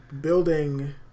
building